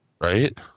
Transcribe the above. right